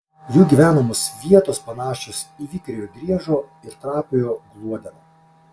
jų gyvenamos vietos panašios į vikriojo driežo ir trapiojo gluodeno